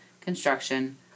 construction